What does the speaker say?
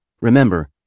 Remember